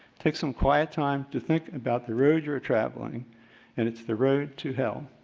take some quiet time to think about the roads you are traveling and it's the road to hell.